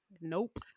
Nope